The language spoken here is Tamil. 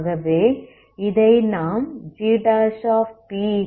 ஆகவே இதை நாம் gpc1e p2என்று எழுதலாம்